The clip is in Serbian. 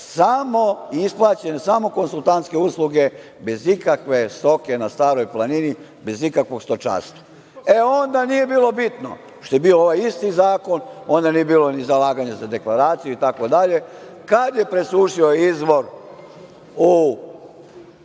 bile isplaćene samo konsultantske usluge, bez ikakve stoke na Staroj planini, bez ikakvog stočarstva. Onda nije bilo bitno što je bio ovaj isti zakon, onda nije bilo ni zalaganje za deklaraciju, itd. Kad je presušio izvor u